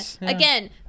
again